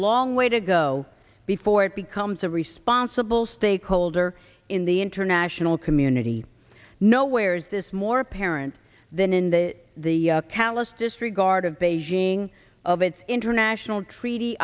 long way to go before it becomes a responsible stakeholder in the international community nowhere is this more apparent than in the the callous disregard of beijing of its international treaty